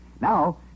Now